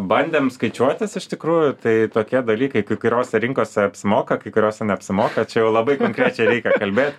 bandėm skaičiuotis iš tikrųjų tai tokie dalykai kai kuriose rinkose apsimoka kai kuriose neapsimoka čia jau labai konkrečiai reikia kalbėt